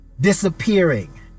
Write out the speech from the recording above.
disappearing